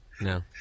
no